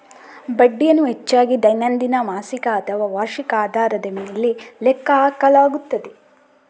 ಬಡ್ಡಿಯನ್ನು ಹೆಚ್ಚಾಗಿ ದೈನಂದಿನ, ಮಾಸಿಕ ಅಥವಾ ವಾರ್ಷಿಕ ಆಧಾರದ ಮೇಲೆ ಲೆಕ್ಕ ಹಾಕಲಾಗುತ್ತದೆ